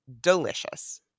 delicious